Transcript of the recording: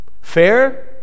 Fair